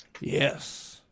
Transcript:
Yes